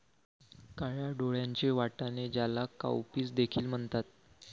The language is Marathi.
काळ्या डोळ्यांचे वाटाणे, ज्याला काउपीस देखील म्हणतात